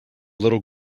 little